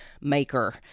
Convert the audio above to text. maker